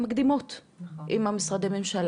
מקדימות עם משרדי הממשלה.